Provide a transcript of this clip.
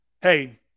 Hey